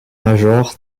major